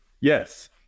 Yes